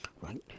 Right